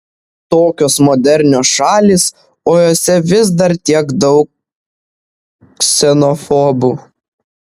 tokios modernios šalys o jose vis dar tiek daug ksenofobų